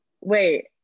wait